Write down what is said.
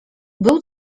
był